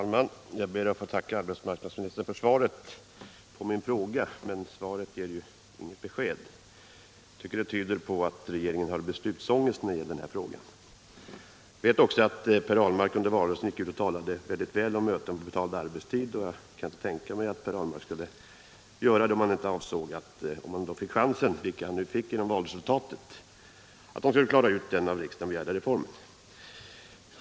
Herr talman! Jag ber att få tacka arbetsmarknadsministern för svaret på min fråga, men svaret ger inte besked. Det tyder på att regeringen har beslutsångest när det gäller den här frågan. Jag vet att Per Ahlmark under valrörelsen gick ut och talade mycket väl om möten på betald arbetstid, och jag kan inte tänka mig att Per Ahlmark skulle göra det om han inte också avsåg att man, om han fick chansen, vilket han sedan fick genom valresultatet, skulle klara ut den av riksdagen begärda reformen.